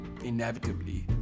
inevitably